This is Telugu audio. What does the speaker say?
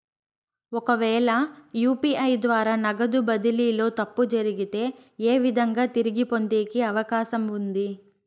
ఒకవేల యు.పి.ఐ ద్వారా నగదు బదిలీలో తప్పు జరిగితే, ఏ విధంగా తిరిగి పొందేకి అవకాశం ఉంది?